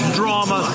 drama